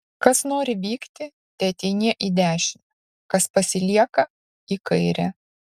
kas nori vykti teeinie į dešinę kas pasilieka į kairę